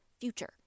future